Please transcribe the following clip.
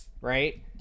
right